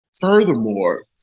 Furthermore